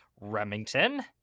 Remington